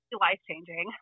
life-changing